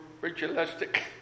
ritualistic